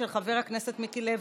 של חבר הכנסת מיקי לוי.